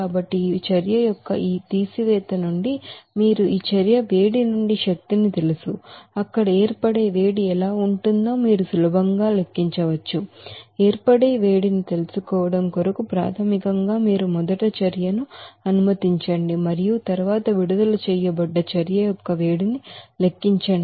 కాబట్టి ఈ చర్య యొక్క ఈ తీసివేత నుండి మీరు ఈ చర్య వేడి నుండి శక్తిని తెలుసు అక్కడ ఏర్పడే వేడి ఎలా ఉంటుందో మీరు సులభంగా లెక్కించవచ్చు ఏర్పడే వేడిని తెలుసుకోవడం కొరకు ప్రాథమికంగా మీరు మొదట చర్యను అనుమతించండి మరియు తరువాత విడుదల చేయబడ్డ చర్య యొక్క వేడిని లెక్కించండి